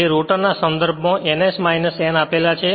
તે રોટરના સંદર્ભમાં ns n આપેલ છે